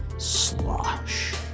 Slosh